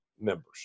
members